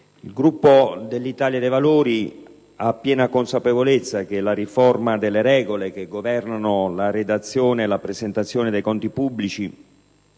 il Gruppo dell'Italia dei Valori ha piena consapevolezza che la riforma delle regole che governano la redazione e la presentazione dei conti pubblici,